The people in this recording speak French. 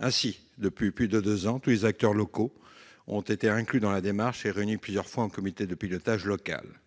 Ainsi, depuis plus de deux ans, tous les acteurs locaux ont été inclus dans la démarche et réunis plusieurs fois en comité de pilotage local.